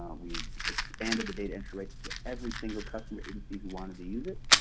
we expanded the data entry rights to every single customer agency who wanted to use it.